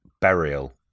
burial